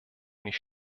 nicht